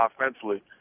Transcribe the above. offensively